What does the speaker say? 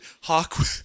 Hawk